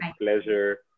pleasure